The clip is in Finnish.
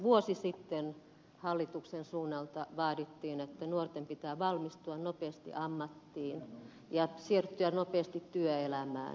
vuosi sitten hallituksen suunnalta vaadittiin että nuorten pitää valmistua nopeasti ammattiin ja siirtyä nopeasti työelämään